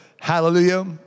hallelujah